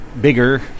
bigger